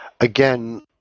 again